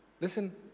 listen